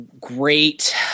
great